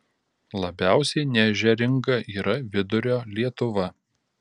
labiausiai neežeringa yra vidurio lietuva